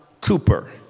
Cooper